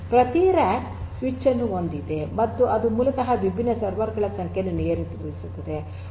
ಪ್ರತಿ rack switch ನ್ನು ಹೊಂದಿದೆ ಮತ್ತು ಅದು ಮೂಲತಃ ವಿಭಿನ್ನ ಸರ್ವರ್ ಗಳ ಸಂಖ್ಯೆಯನ್ನು ನಿಯಂತ್ರಿಸುತ್ತದೆ